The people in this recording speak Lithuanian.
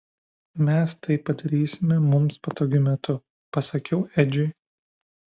mes tai padarysime mums patogiu metu pasakiau edžiui